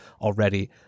already